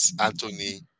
Anthony